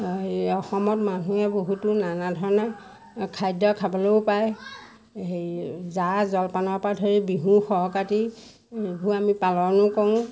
অসমত মানুহে বহুতো নানা ধৰণে খাদ্য খাবলৈও পায় হেৰি জা জলপানৰ পৰা ধৰি বিহু সংক্ৰান্তিবোৰ আমি পালনো কৰোঁ